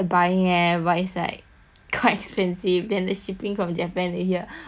quite expensive then the shipping from japan to here oh so expensive